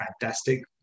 fantastic